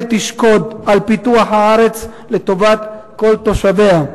תשקוד על פיתוח הארץ לטובת כל תושביה,